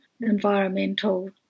environmental